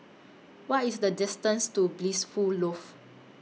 What IS The distance to Blissful Loft